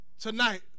tonight